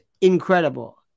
incredible